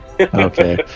Okay